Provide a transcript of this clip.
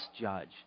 judge